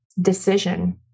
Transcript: decision